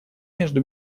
между